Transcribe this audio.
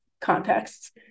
contexts